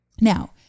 Now